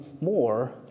more